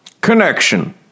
connection